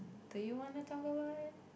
do you wanna talk about it